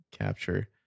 capture